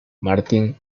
martin